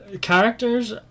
Characters